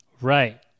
Right